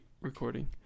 recording